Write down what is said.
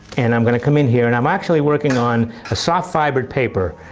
and i'm going to come in here and i'm actually working on a soft fibered paper.